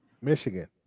Michigan